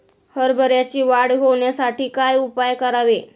हरभऱ्याची वाढ होण्यासाठी काय उपाय करावे?